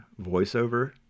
voiceover